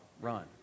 run